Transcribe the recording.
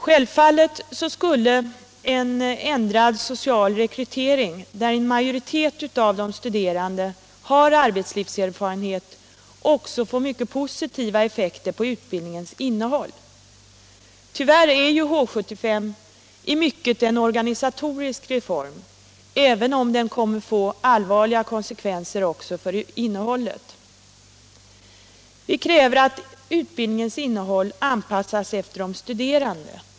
Självfallet skulle en ändrad social rekrytering, där en majoritet av de studerande har arbetslivserfarenhet, också få mycket positiva effekter på utbildningens innehåll. Tyvärr är ju H 75 en organisatorisk reform även om den kommer att få allvarliga konsekvenser också för innehållet. Vi kräver att utbildningens innehåll anpassas efter de studerande.